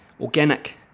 organic